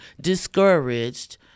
discouraged